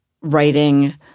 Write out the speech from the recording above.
writing